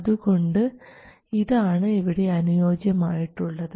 അതുകൊണ്ട് ഇതാണ് ഇവിടെ അനുയോജ്യം ആയിട്ടുള്ളത്